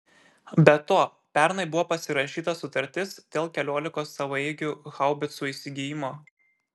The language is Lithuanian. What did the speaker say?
be to pernai buvo pasirašyta sutartis dėl keliolikos savaeigių haubicų įsigijimo